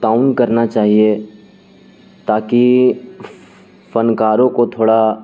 تعاون کرنا چاہیے تاکہ فنکاروں کو تھوڑا